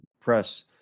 press